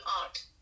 art